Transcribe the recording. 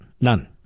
None